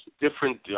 different